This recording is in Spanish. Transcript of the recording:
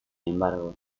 embargo